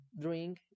drink